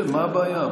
מה הבעיה?